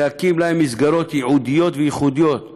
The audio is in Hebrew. להקים להם מסגרות ייעודיות וייחודיות.